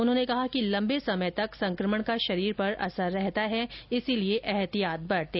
उन्होंने कहा कि लम्बे समय तक संकमण का शरीर पर असर रहता है इसलिए ऐहतिहात बरतें